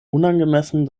unangemessen